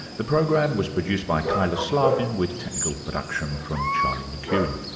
the program was produced by kyla slaven with technical production from charlie mckune.